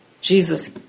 Jesus